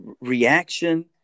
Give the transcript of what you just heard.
reaction